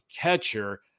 catcher